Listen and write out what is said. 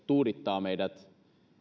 tuudittaa meidät